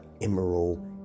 Emerald